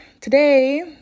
today